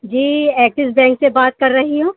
جی Axis bank سے بات کر رہی ہوں